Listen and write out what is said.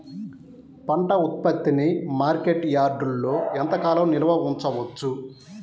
పంట ఉత్పత్తిని మార్కెట్ యార్డ్లలో ఎంతకాలం నిల్వ ఉంచవచ్చు?